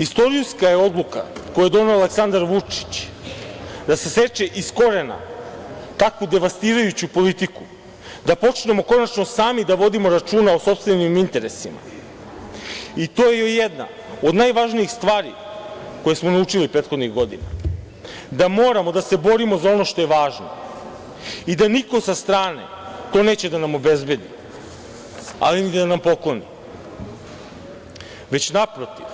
Istorijska je odluka koju je doneo Aleksandar Vučić da saseče iz korena takvu devastirajuću politiku, a počnemo konačno sami da vodimo računa o sopstvenim interesima i to je jedna od najvažnijih stvari koje smo naučili prethodnih godina, da moramo da se borimo za ono što je važno i da niko sa strane to neće da nam obezbedi, ali ni da nam pokloni, već naprotiv